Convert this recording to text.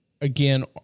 Again